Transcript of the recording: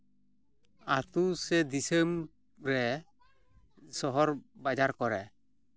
ᱟᱛᱩ ᱥᱮ ᱫᱤᱥᱚᱢ ᱨᱮ ᱥᱚᱦᱚᱨ ᱵᱟᱡᱟᱨ ᱠᱚᱨᱮ